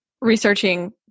researching